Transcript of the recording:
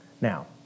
Now